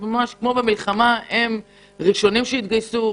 כמו במלחמה הם ראשונים שהתגייסו,